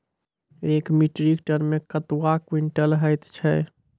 एक metric ton मे कतवा क्वींटल हैत छै?